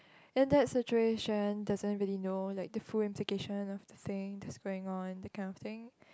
in that situation does anybody know like the full implication of the thing that's going on that kind of thing